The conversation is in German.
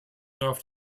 darf